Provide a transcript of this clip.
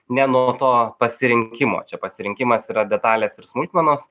ne nuo to pasirinkimo čia pasirinkimas yra detalės ir smulkmenos